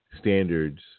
standards